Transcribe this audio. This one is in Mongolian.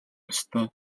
ёстой